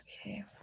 Okay